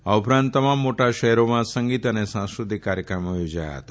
આ ઉપરાંત તમામ મોટા શહેરોમાં સંગીત અને સાંસ્કૃતિક કાર્યક્રમો યોજાયા હતા